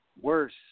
worse